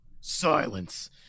Silence